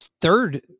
third